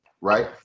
right